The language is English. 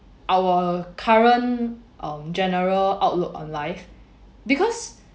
our current um general outlook on life because